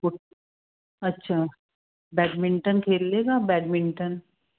ਅੱਛਾ ਬੈਡਮਿੰਟਨ ਖੇਲ ਲੇਗਾ ਬੈਡਮਿੰਟਨ